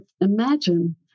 imagine